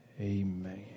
Amen